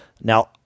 Now